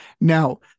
Now